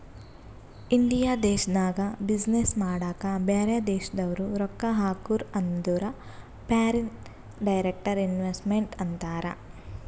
India ದೇಶ್ನಾಗ business ಮಾಡಾಕ ಬ್ಯಾರೆ ದೇಶದವ್ರು ರೊಕ್ಕಾ ಹಾಕುರ್ ಅಂದುರ್ ಫಾರಿನ್ ಡೈರೆಕ್ಟ್ ಇನ್ವೆಸ್ಟ್ಮೆಂಟ್ ಅಂತಾರ್